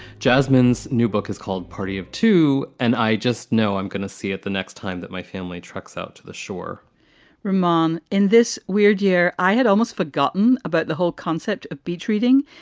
jasmine's new book is called party of two, and i just know i'm going to see it the next time that my family treks out to the shore reman in this weird year, i had almost forgotten about the whole concept of b treating.